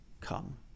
come